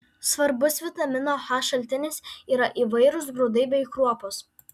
svarbus vitamino h šaltinis yra įvairūs grūdai bei kruopos